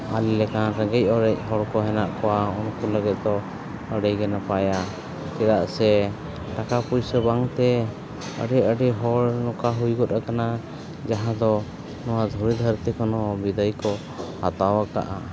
ᱟᱞᱮ ᱞᱮᱠᱟᱱ ᱨᱮᱸᱜᱮᱡ ᱚᱨᱮᱡ ᱦᱚᱲ ᱠᱚ ᱦᱮᱱᱟᱜ ᱠᱚᱣᱟ ᱩᱱᱠᱩ ᱞᱟᱹᱜᱤᱫ ᱫᱚ ᱟᱹᱰᱤᱜᱮ ᱱᱟᱯᱟᱭᱟ ᱪᱮᱫᱟᱜ ᱥᱮ ᱴᱟᱠᱟ ᱯᱩᱭᱥᱟᱹ ᱵᱟᱝ ᱛᱮ ᱟᱹᱰᱤ ᱟᱹᱰᱤ ᱦᱚᱲ ᱱᱚᱝᱠᱟ ᱦᱩᱭ ᱜᱚᱫ ᱠᱟᱱᱟ ᱡᱟᱦᱟᱸ ᱫᱚ ᱱᱚᱣᱟ ᱫᱷᱩᱲᱤ ᱫᱷᱟᱹᱨᱛᱤ ᱠᱷᱚᱱ ᱦᱚᱸ ᱵᱤᱫᱟᱹᱭ ᱠᱚ ᱦᱟᱛᱟᱣ ᱠᱟᱜᱼᱟ